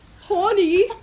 Horny